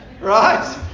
Right